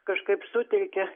kažkaip suteikia